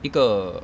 一个